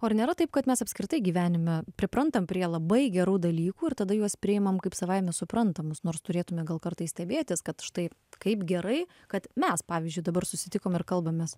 o ar nėra taip kad mes apskritai gyvenime priprantam prie labai gerų dalykų ir tada juos priimam kaip savaime suprantamus nors turėtume gal kartais stebėtis kad štai kaip gerai kad mes pavyzdžiui dabar susitikom ir kalbamės